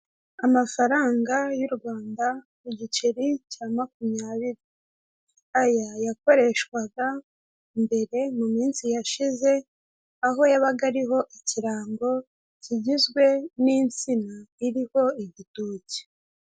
Amafaranga y'u Rwanda mu giceri cya makumyabiri, aya yakoreshwaga mbere mu minsi yashize aho yabaga ariho ikirango kigizwe n'insina iriho igitoki.